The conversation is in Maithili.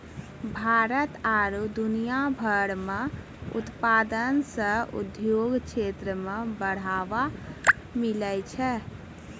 भारत आरु दुनिया भर मह उत्पादन से उद्योग क्षेत्र मे बढ़ावा मिलै छै